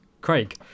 Craig